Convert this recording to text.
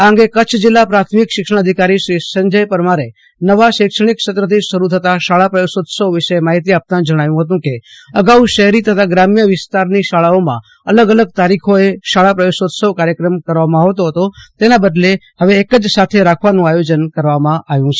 આ અંગે કચ્છ જિલ્લા પ્રાથમિક શિક્ષણાધિકારીશ્રી સંજય પરમારે નવા શૈક્ષણિક સત્રથી શરૂ થતાં શાળા પ્રવેશોત્સવ વિશે માહિતી આપતા જણાવ્યુ હતું કે અગાઉ શહેરી તથા ગ્રામ્ય વિસ્તારની શાળાઓમાં અલગ અલગ તારીખોએ શાળા પ્રવેશોત્સવ કાર્યક્રમ કરવામાં આવતો ફતો તેના બદલે એક જ સાથે રાખવાનું આયોજન કરવામાં આવ્યુ છે